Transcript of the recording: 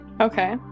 Okay